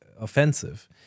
offensive